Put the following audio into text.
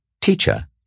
Teacher